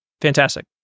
Fantastic